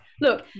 Look